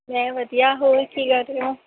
ਮੈਂ ਵਧੀਆ ਹੋਰ ਕੀ ਕਰ ਰਹੇ ਹੋ